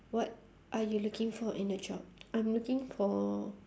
what are you looking for in the job I'm looking for